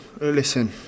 listen